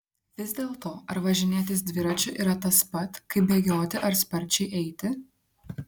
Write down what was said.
vis dėlto ar važinėtis dviračiu yra tas pat kaip bėgioti ar sparčiai eiti